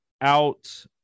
out